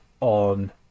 on